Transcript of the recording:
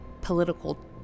political